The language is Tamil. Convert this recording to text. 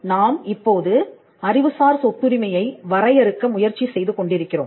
நாம் இப்போது அறிவுசார் சொத்துரிமையை வரையறுக்க முயற்சி செய்து கொண்டிருக்கிறோம்